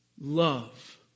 love